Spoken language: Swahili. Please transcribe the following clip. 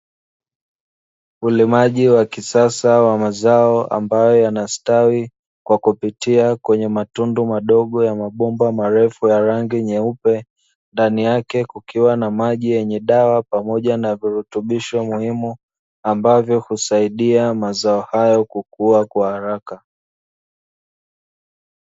Ulimaji wa kisasa wa mazao ambayo yanastawi kwa kupitia kwenye matundu madogo ya mabomba marefu ya rangi nyeupe ndani yake kukiwa na maji yenye dawa pamoja na virutubisho muhimu ambavyo husaidia mazao hayo kukua kwa haraka.